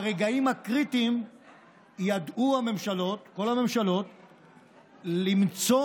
ברגעים הקריטיים ידעו כל הממשלות למצוא